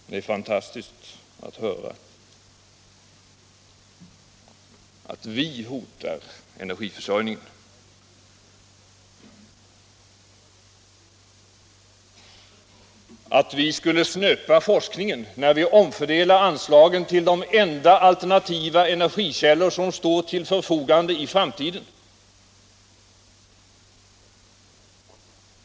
Det är fantastiskt att höra att vi hotar energiförsörjningen, att vi skulle snöpa forskningen när vi omfördelar anslagen till de enda alternativa energikällor som står till förfogande i framtiden.